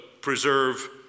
preserve